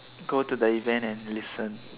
go to the event and listen